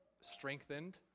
strengthened